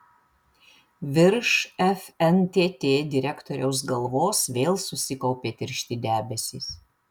virš fntt direktoriaus galvos vėl susikaupė tiršti debesys